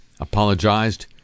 apologized